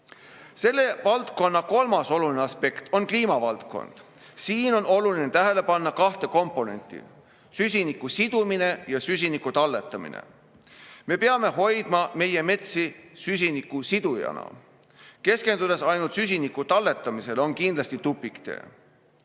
valdkonna kolmas oluline aspekt on kliimavaldkond. Siin tuleb tähele panna kahte komponenti: süsiniku sidumine ja süsiniku talletamine. Me peame hoidma meie metsi süsiniku sidujana. Keskendumine ainult süsiniku talletamisele on kindlasti tupiktee.